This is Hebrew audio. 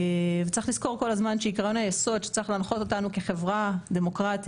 צריך לזכור כל הזמן שעיקרון היסוד שצריך להנחות אותנו כחברה דמוקרטית,